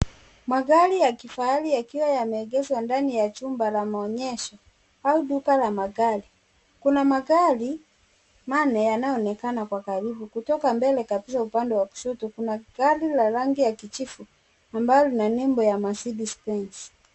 Magari ya kifahari yakiwa yameegezwa ndani ya chumba cha maonyesho au duka la magari. kuna magari manne yanayoonekana kwa karibu kutoka mbele kabisa upande wa kushoto kuna gari la rangi ya kijivu ambayo ina nembo ya Mercedes Benz.